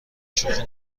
شوخی